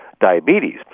diabetes